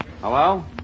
Hello